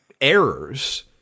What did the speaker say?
errors